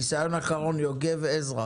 ניסיון אחרון, יוגב עזרא.